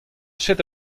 ket